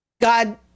God